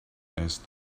asked